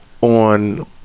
on